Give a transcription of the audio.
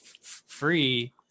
free